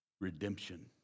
Redemption